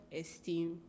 esteem